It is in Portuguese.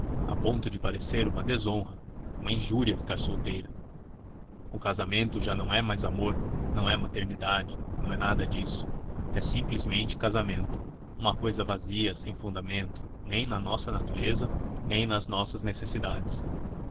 a ponto de parecer uma desonra uma injúria ficar solteira o casamento já não é mais amor não é maternidade não é nada disso é simplesmente casamento uma coisa vazia sem fundamento nem na nossa natureza nem nas nossas necessidades